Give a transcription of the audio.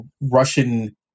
Russian